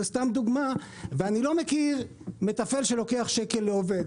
אני לא מכיר מתפעל שלוקח שקל לעובד.